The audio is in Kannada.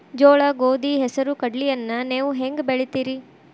ಜೋಳ, ಗೋಧಿ, ಹೆಸರು, ಕಡ್ಲಿಯನ್ನ ನೇವು ಹೆಂಗ್ ಬೆಳಿತಿರಿ?